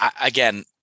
Again